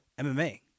MMA